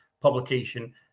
publication